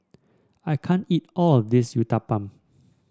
I can't eat all of this Uthapam